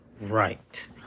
right